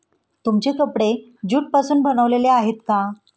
तुमचे कपडे ज्यूट पासून बनलेले आहेत का?